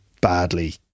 badly